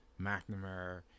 McNamara